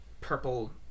purple